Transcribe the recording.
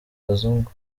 kazungu